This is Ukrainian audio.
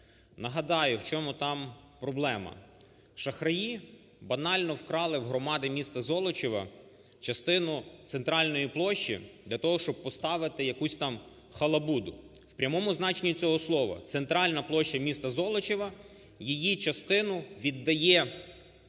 Нагадаю, в чому там проблема. Шахраї банально вкрали в громади містаЗолочіва частину центральної площі для того, щоб поставити якусь там халабуду, в прямому значенні цього слова. Центральна площа міста Золочіва, її частину віддає